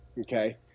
Okay